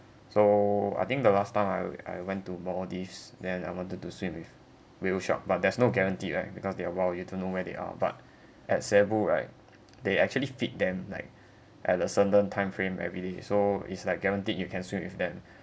so I think the last time I I went to maldives then I wanted to swim with whale shark but there's no guarantee right because they are wild you don't know where they are but at cebu right they actually feed them like at a certain time frame everyday so is like guaranteed you can swim with them